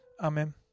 Amen